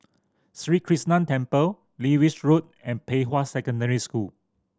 Sri Krishnan Temple Lewis Road and Pei Hwa Secondary School